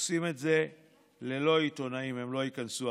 עושים את זה ללא עיתונאים, הם לא ייכנסו.